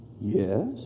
Yes